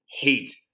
hate